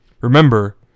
Remember